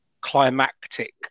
climactic